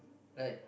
like